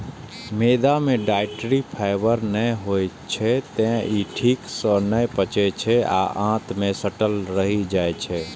मैदा मे dietary fibre नै होइ छै, तें ई ठीक सं नै पचै छै आ आंत मे सटल रहि जाइ छै